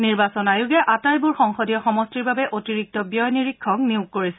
নিৰ্বাচন আয়োগে আটাইবোৰ সংসদীয় সমষ্টিৰ বাবে অতিৰিক্ত ব্যয় নিৰীক্ষক নিয়োগ কৰিছে